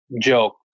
joke